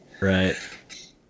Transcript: Right